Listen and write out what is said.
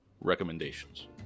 recommendations